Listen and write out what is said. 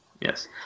Yes